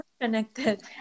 connected